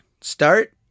Start